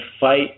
fight